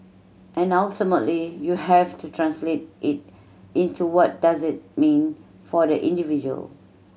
and ultimately you have to translate it into what does it mean for the individual